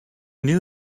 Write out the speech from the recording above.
knew